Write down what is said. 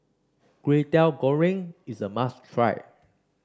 Kway Teow Goreng is a must try